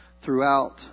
throughout